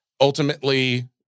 Ultimately